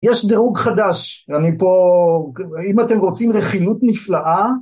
יש דירוג חדש, אני פה... אם אתם רוצים רכילות נפלאה...